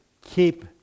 keep